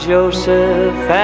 Joseph